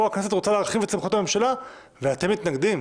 פה הכנסת רוצה להרחיב את סמכויות הממשלה ואתם מתנגדים.